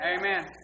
Amen